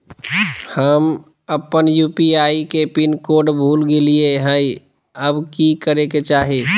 हम अपन यू.पी.आई के पिन कोड भूल गेलिये हई, अब की करे के चाही?